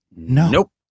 Nope